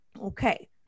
Okay